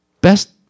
Best